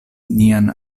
nian